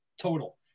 total